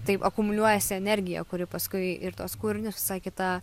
tai akumuliuojasi energija kuri paskui ir tuos kūrinius visai kita